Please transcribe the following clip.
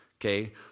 Okay